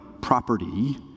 property